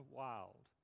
wild